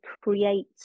create